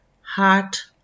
heart